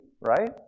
right